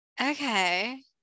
okay